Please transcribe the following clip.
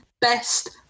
Best